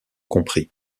compris